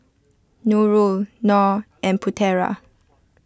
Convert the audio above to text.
Nurul Nor and Putera